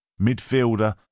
Midfielder